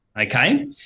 Okay